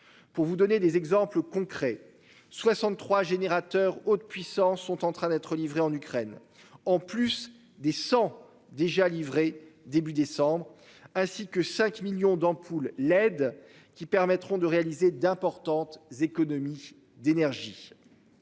Pour vous donner des exemples concrets 63 générateur haute puissance sont en train d'être livrés en Ukraine. En plus des 100 déjà livrés début décembre, ainsi que 5 millions d'ampoules LED qui permettront de réaliser d'importantes économies d'énergie.